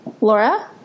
Laura